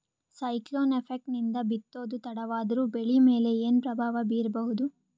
Cyclone effect ನಿಂದ ಬಿತ್ತೋದು ತಡವಾದರೂ ಬೆಳಿ ಮೇಲೆ ಏನು ಪ್ರಭಾವ ಬೀರಬಹುದು?